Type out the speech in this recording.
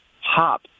hop